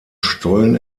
stollen